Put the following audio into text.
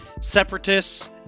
Separatists